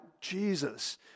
Jesus